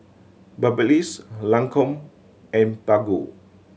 Babyliss Lancome and Baggu